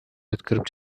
өткөрүп